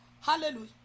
Hallelujah